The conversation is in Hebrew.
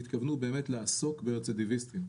התכוונו באמת לעסוק ברצידיוויסטים,